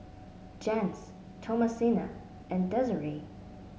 Jens Thomasina and Desiree